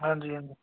ਹਾਂਜੀ ਹਾਂਜੀ